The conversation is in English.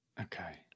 okay